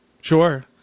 sure